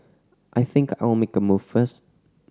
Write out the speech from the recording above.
I think I'll make a move first